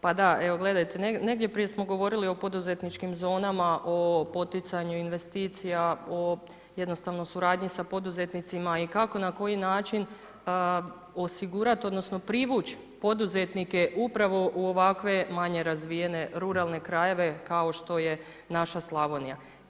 Pa da, evo gledajte negdje prije smo govorili o poduzetničkim zonama, o poticanju investicija, o jednostavno suradnji sa poduzetnicima i kako na koji način osigurati odnosno privući poduzetnike upravo u ovakve manje razvijene ruralne krajeve kao što je naša Slavonija.